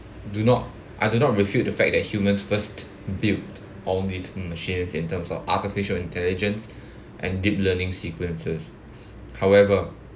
do not I do not refute the fact that humans first built on its machines in terms of artificial intelligence and deep learning sequences however